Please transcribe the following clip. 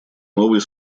новый